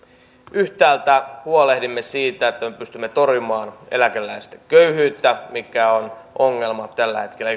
yhtäältä huolehdimme siitä että me pystymme torjumaan eläkeläisten köyhyyttä mikä on ongelma tällä hetkellä